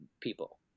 people